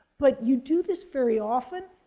but you do this very often,